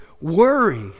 worry